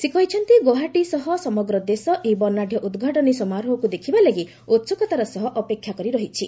ସେ କହିଛନ୍ତି ଗୌହାଟୀ ସହ ସମଗ୍ର ଦେଶ ଏହି ବର୍ଷାଢ଼୍ୟ ଉଦ୍ଘାଟନୀ ସମାରୋହକୁ ଦେଖିବାଲାଗି ଉତ୍ସକତାର ସହ ଅପେକ୍ଷାକରି ରହିଛି